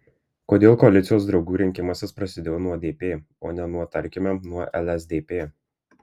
kodėl koalicijos draugų rinkimasis prasidėjo nuo dp o ne nuo tarkime nuo lsdp